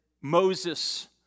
Moses